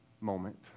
moment